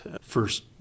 first